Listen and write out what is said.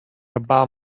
about